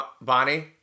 Bonnie